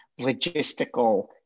logistical